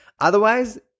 Otherwise